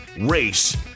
race